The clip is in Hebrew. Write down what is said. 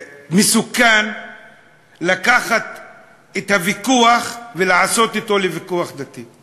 מסוכן לקחת את הוויכוח ולעשות אותו לוויכוח דתי.